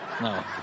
no